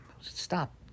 stop